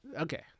okay